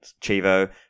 Chivo